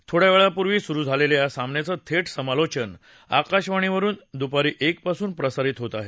थोड्यावेळापूर्वी सुरु झालेल्या या सामन्याचं थेट समालोचन आकाशवाणीवरुन दुपारी एकपासून प्रसारित होत आहे